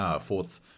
fourth